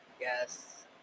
yes